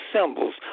symbols